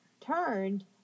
turned